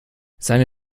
seine